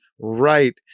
right